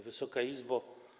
Wysoka Izbo!